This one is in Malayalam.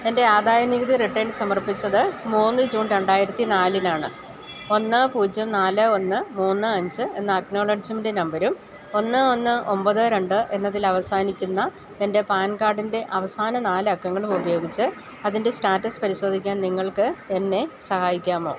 എൻ്റെ ആദായ നികുതി റിട്ടേൺ സമർപ്പിച്ചത് മൂന്ന് ജൂൺ രണ്ടായിരത്തി നാലിനാണ് ഒന്ന് പൂജ്യം നാല് ഒന്ന് മൂന്ന് അഞ്ച് എന്ന അക്നോളജ്മെൻ്റ് നമ്പരും ഒന്ന് ഒന്ന് ഒൻപത് രണ്ട് എന്നതിൽ അവസാനിക്കുന്ന എൻ്റെ പാൻ കാർഡിൻ്റെ അവസാന നാല് അക്കങ്ങളും ഉപയോഗിച്ച് അതിൻ്റെ സ്റ്റാറ്റസ് പരിശോധിക്കാൻ നിങ്ങൾക്ക് എന്നെ സഹായിക്കാമോ